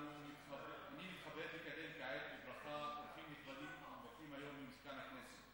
אני מתכבד לקדם כעת בברכה אורחים נכבדים שמבקרים היום במשכן הכנסת,